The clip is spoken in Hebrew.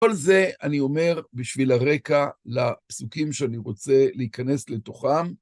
כל זה אני אומר בשביל הרקע לפיסוקים שאני רוצה להיכנס לתוכם.